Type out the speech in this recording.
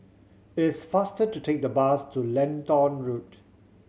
it's faster to take the bus to Lentor Road